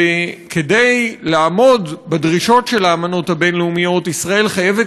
וכדי לעמוד בדרישות של האמנות הבין-לאומיות ישראל חייבת